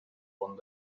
one